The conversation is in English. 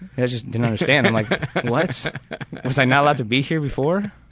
i just didn't understand, i'm like what? was i not allowed to be here before?